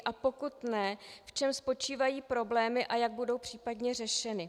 A pokud ne, v čem spočívají problémy a jak budou případně řešeny?